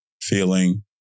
feeling